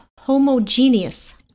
homogeneous